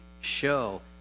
show